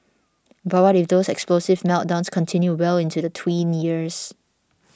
but what if those explosive meltdowns continue well into the tween years